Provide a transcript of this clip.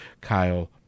Kyle